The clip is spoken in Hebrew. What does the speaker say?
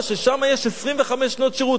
אז בשביל זה יש פה הפרה של זכויות אדם?